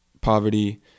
poverty